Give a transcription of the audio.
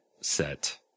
set